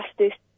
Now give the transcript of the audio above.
justice